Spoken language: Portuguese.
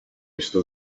estou